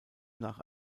nach